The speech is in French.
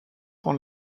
dans